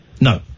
No